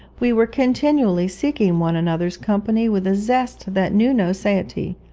we were continually seeking one another's company with a zest that knew no satiety.